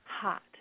hot